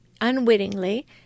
unwittingly